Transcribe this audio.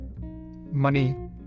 money